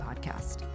Podcast